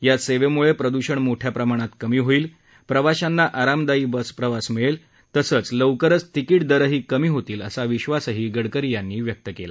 या सेवेम्ळे प्रदूषण मोठ्या प्रमाणात कमी होईल प्रवाशांना आरामदायी प्रवास मिळेल तसंच लवकरच तिकीट दरही कमी होतील असा विश्वास गडकरी यांनी व्यक्त केला